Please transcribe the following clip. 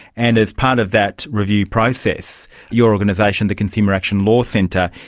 and as part of that review process your organisation, the consumer action law centre,